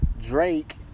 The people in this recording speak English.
Drake